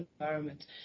environment